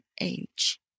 age